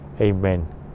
Amen